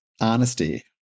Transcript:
honesty